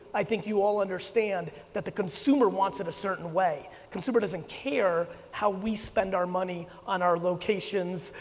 i think you all understand that the consumer wants in a certain way, the consumer doesn't care how we spend our money on our locations,